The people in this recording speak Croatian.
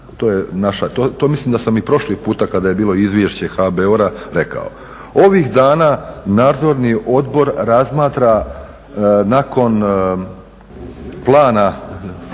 to mislim da sam i prošli puta kada je bilo izvješće HBOR-a rekao. Ovih dana nadzorni odbor razmatra nakon plana